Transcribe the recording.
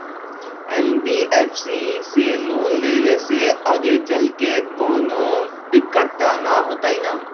NBFC से loan लेबे से आगेचलके कौनो दिक्कत त न होतई न?